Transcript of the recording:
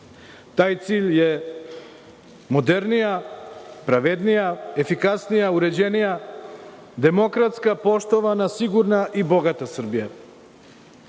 Taj cilj je modernija, pravednija, efikasnija, uređenija, demokratska, poštovana, sigurna i bogata